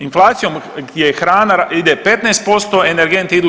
Inflacijom gdje hrana ide 15%, energenti idu 40%